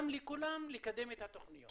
גם לכולם לקדם את התוכניות.